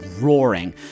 roaring